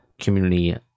community